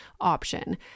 option